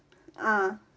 ah